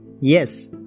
Yes